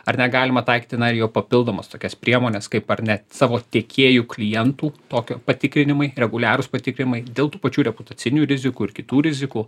ar negalima taikyti na ir jau papildomas tokias priemones kaip ar net savo tiekėjų klientų tokio patikrinimai reguliarūs patikrinimai dėl tų pačių reputacinių rizikų ir kitų rizikų